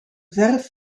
verf